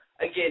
again